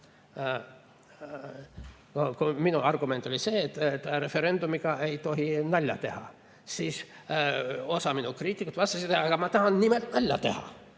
minu argument oli see, et referendumiga ei tohi nalja teha –, siis osa minu kriitikutest vastas: "Aga ma tahan nimelt nalja teha,